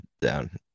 down